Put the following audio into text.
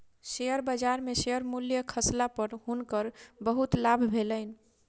share बजार में share मूल्य खसला पर हुनकर बहुत लाभ भेलैन